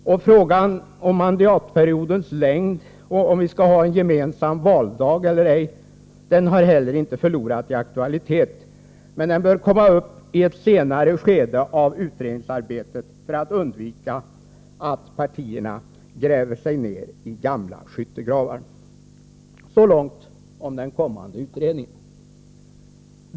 Frågan om mandatperiodens längd och om vi skall ha gemensam valdag eller ej har heller inte förlorat i aktualitet, men den bör komma upp i ett senare skede av utredningsarbetet för att man skall undvika att partierna gräver sig ned i gamla skyttegravar. — Så långt om den kommande utredningen.